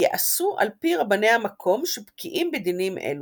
ייעשו על פי רבני המקום שבקיאים בדינים אלו.